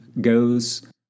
goes